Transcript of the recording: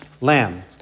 lamb